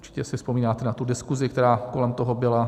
Určitě si vzpomínáte na diskuzi, která kolem toho byla.